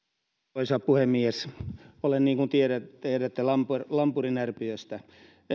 arvoisa puhemies olen niin kuin tiedätte lampuri lampuri närpiöstä